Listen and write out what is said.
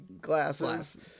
glasses